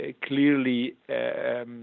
clearly